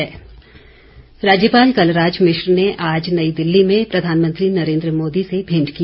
भेंट राज्यपाल कलराज मिश्र ने आज नई दिल्ली में प्रधानमंत्री नरेन्द्र मोदी से भेंट की